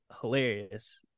hilarious